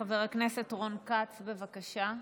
חבר הכנסת רון כץ, בבקשה,